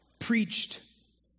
preached